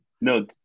no